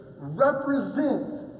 Represent